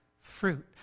Fruit